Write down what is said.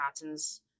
patterns